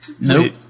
Nope